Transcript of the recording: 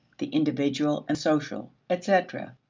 the individual and social, etc.